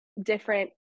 different